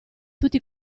tutti